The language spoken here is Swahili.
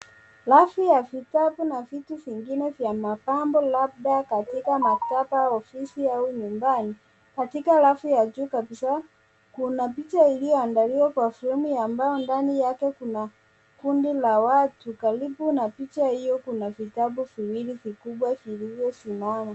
Wavu wa vitabu na vitu vingine vya mapambo mapya katika maktaba, ofisi au nyumbani. Katika rafu ya juu kabisa kuna picha iliyoandaliwa kwa sehemu ya mbao ndani yake kuna kundi la watu. Karibu na picha hiyo kuna vitabu viwili vikubwa vilivyosimama.